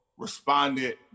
responded